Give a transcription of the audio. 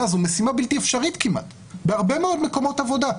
היא משימה בלתי אפשרית כמעט בהרבה מאוד מקומות עבודה.